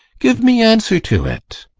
give me answer to it.